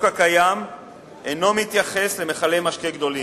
הקיים אינו מתייחס למכלי משקה גדולים,